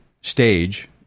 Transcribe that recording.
stage